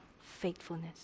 faithfulness